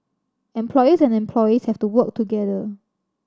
employers and employees have to work together